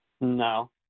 No